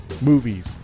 movies